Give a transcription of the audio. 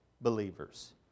believers